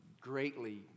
Greatly